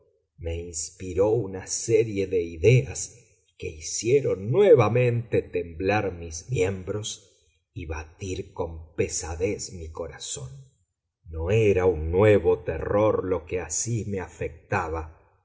me inspiró una serie de ideas que hicieron nuevamente temblar mis miembros y batir con pesadez mi corazón no era un nuevo terror lo que así me afectaba